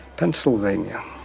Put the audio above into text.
Pennsylvania